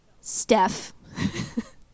Steph